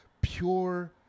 pure